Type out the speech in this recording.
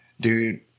Dude